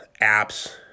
apps